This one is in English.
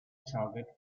target